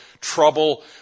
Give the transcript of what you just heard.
trouble